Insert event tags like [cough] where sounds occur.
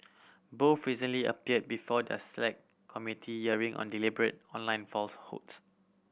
both recently appeared before the Select Committee [unintelligible] on deliberate online falsehoods